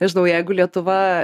nežinau jeigu lietuva